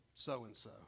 so-and-so